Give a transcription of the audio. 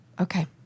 Okay